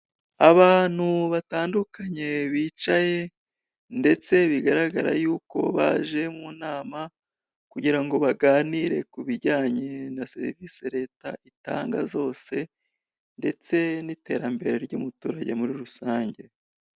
Abantu batandukanye bicaye, ndetse bigaragara y'uko baje mu nama, kugira ngo baganire ku bijyanye na serivisi leta itanga zose, ndetse n'iterambere ry'umuturage muri rusange.